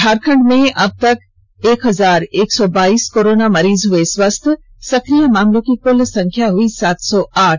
झारखंड में अब तक एक हजार एक सौ बाईस कोरोना मरीज हुए स्वस्थ सक्रिय मामलों की कुल संख्या हुई सात सौ आठ